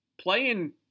playing